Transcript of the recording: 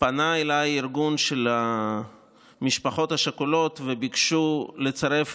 פנו אליי מהארגון של המשפחות השכולות וביקשו לצרף